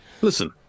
Listen